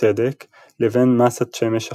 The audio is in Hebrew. צדק לבין מסת שמש אחת,